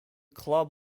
club